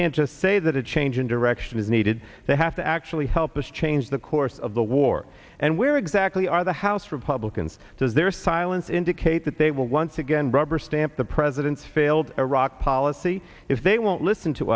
can't just say that a change in direction is needed they have to actually help us change the course of the war and where exactly are the house republicans because their silence indicate that they will once again rubber stamp the president's failed iraq policy if they won't listen to